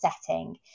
setting